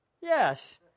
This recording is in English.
Yes